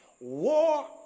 War